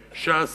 ש"ס,